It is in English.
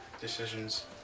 decisions